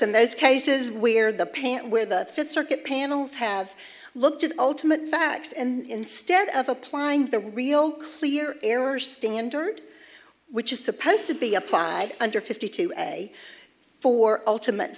ransome those cases where the paint where the fifth circuit panels have looked at the ultimate facts and instead of applying the real clear error standard which is supposed to be applied under fifty to a four ultimate